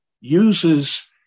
uses